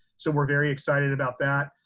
so we're very excited about that.